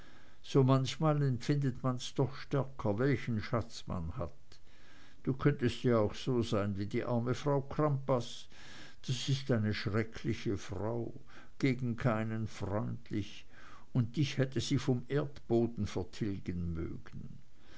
so manchmal empfindet man's doch stärker welchen schatz man hat du könntest ja auch so sein wie die arme frau crampas das ist eine schreckliche frau gegen keinen freundlich und dich hätte sie vom erdboden vertilgen mögen